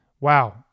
Wow